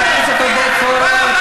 פעם אחת תגנה אותם.